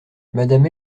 madame